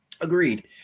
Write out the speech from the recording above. Agreed